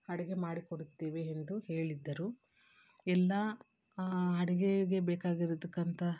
ಅಡಿಗೆ ಮಾಡಿ ಕೊಡುತ್ತೇವೆ ಎಂದು ಹೇಳಿದ್ದರು ಎಲ್ಲಾ ಅಡಿಗೆಗೆ ಬೇಕಾಗಿರ್ತಕ್ಕಂಥ